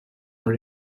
are